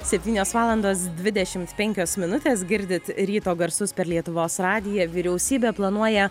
septynios valandos dvidešimt penkios minutės girdit ryto garsus per lietuvos radiją vyriausybė planuoja